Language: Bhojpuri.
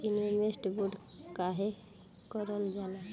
इन्वेस्टमेंट बोंड काहे कारल जाला?